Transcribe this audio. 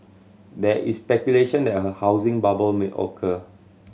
there is speculation that a housing bubble may occur